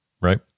Right